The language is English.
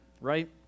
right